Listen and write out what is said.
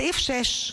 סעיף 6,